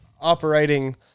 operating